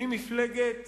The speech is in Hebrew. היא מפלגת